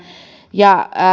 ja